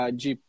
de